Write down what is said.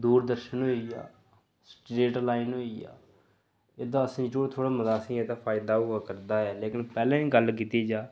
दूरदर्शन होई गेआ straight line होई गेआ एह्दा असें ई थोह्ड़ा मता असें ई एह्दा फायदा होआ करदा ऐ लेकिन पैह्लें दी गल्ल कीती जा